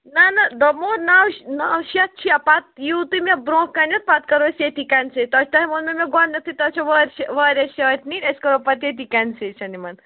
نہَ نہَ دوٚپمو نَو نَو شیٚتھ شیٚتھ پَتہٕ یِیِو تُہۍ مےٚ برٛونٛہہ کَنٮ۪تھ پَتہٕ کَرو أسۍ ییٚتی کَنسے تۄہہِ تام ووٚنوٕ مےٚ گۄڈٕنیٚتھٕے تۄہہِ چھو وارشہِ واریاہ شٲرٹہٕ نِنۍ أسۍ کَرو پَتہٕ ییٚتی کَنسیشَن یِمَن